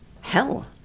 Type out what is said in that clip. Hell